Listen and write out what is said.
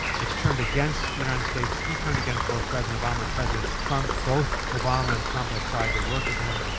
it's turned against the united states. he turned against both president obama and president trump. both obama and trump have tried to work with him.